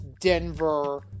Denver